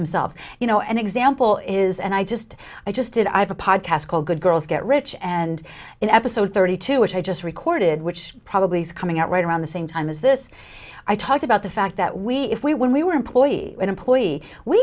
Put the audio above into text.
themselves you know an example is and i just i just did i have a pod cast called good girls get rich and in episode thirty two which i just recorded which probably is coming out right around the same time as this i talked about the fact that we if we when we were employees and employees we